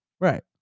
Right